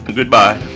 Goodbye